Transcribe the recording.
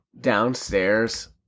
downstairs